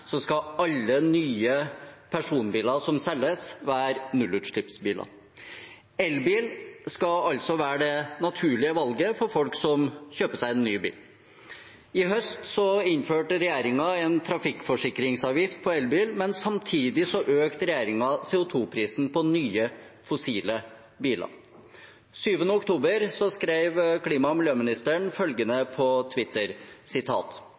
skal alle nye personbiler som selges, være nullutslippsbiler. Elbil skal altså være det naturlige valget for folk som kjøper seg en ny bil. I høst innførte regjeringen en trafikkforsikringsavgift på elbil, men samtidig økte regjeringen CO 2 -prisen på nye fossilbiler. Den 7. oktober skrev klima- og miljøministeren følgende på Twitter: